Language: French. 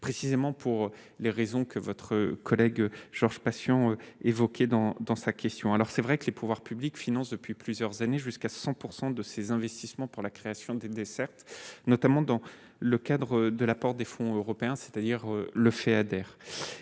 précisément pour les raisons que votre collègue Georges Patient dans dans sa question, alors c'est vrai que les pouvoirs publics finance depuis plusieurs années, jusqu'à 100 % de ses investissements pour la création d'une desserte, notamment dans le cadre de l'apport des fonds européens, c'est-à-dire le Feader